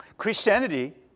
Christianity